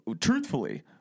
truthfully